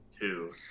two